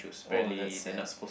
oh that's sad